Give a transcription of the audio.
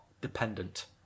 dependent